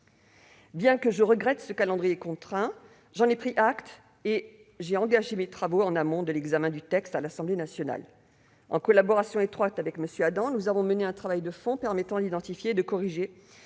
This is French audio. Bien que je regrette ce calendrier contraint, j'en ai pris acte et j'ai engagé mes travaux en amont de l'examen du texte à l'Assemblée nationale. En collaboration étroite avec M. Adam, nous avons mené un travail de fond permettant d'identifier et de corriger